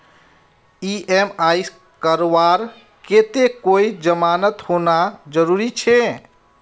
EMI करवार केते कोई जमानत होना जरूरी छे?